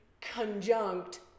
conjunct